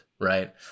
right